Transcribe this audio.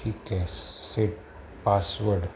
ठीकेसे password